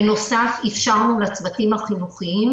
בנוסף אפשרנו לצוותים החינוכיים,